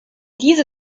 diese